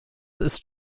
ist